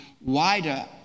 wider